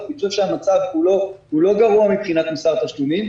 אז תדעו שהמצב הוא לא גרוע מבחינת מוסר תשלומים במשק.